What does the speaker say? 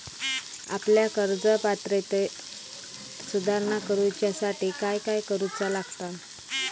आपल्या कर्ज पात्रतेत सुधारणा करुच्यासाठी काय काय करूचा लागता?